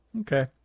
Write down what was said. Okay